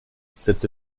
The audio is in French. cette